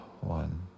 one